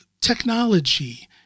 technology